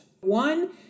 One